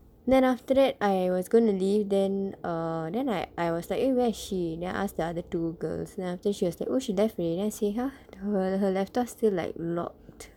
then after that I was gonna leave then err then I I was like eh where is she then I asked the other two girls then after she was like oh she left already then I say !huh! her laptop still like locked